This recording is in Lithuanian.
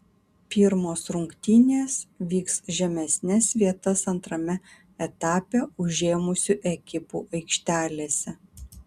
pirmos rungtynės vyks žemesnes vietas antrame etape užėmusių ekipų aikštelėse